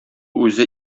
үзе